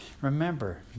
Remember